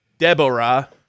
Deborah